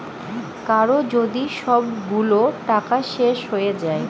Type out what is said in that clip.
কারো যদি সবগুলো টাকা শেষ হয়ে যায়